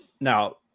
Now